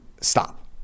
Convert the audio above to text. stop